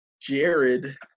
jared